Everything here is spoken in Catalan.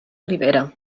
ribera